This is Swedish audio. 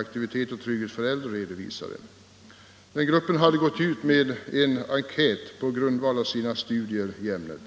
Aktivitet och trygghet för äldre. Gruppen hade gått ut med en enkät på grundval av sina studier i ämnet.